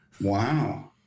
Wow